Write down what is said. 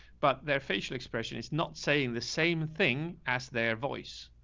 but their facial expression is not saying the same thing as their voice.